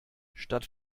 statt